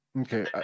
okay